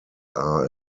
are